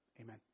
Amen